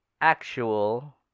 actual